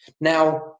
Now